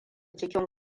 cikin